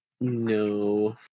No